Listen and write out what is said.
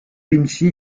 vinci